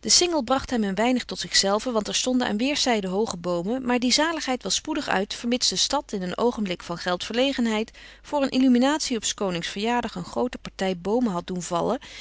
de singel bracht hem een weinig tot zichzelven want er stonden aan weerszijden hooge boomen maar die zaligheid was spoedig uit vermits de stad in een oogenblik van geldverlegenheid voor een illuminatie op s konings verjaardag een groote partij boomen had doen vallen